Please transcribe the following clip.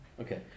Okay